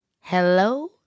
Hello